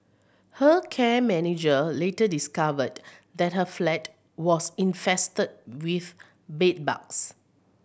her care manager later discovered that her flat was infested with bedbugs